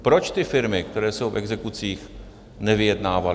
Proč ty firmy, které jsou v exekucích, nevyjednávaly?